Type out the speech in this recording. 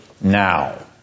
now